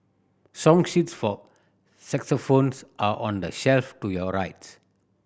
song sheets for are on the shelf to your rights